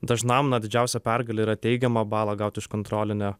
dažnam na didžiausia pergalė yra teigiamą balą gaut iš kontrolinio